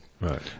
Right